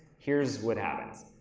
here's what happens.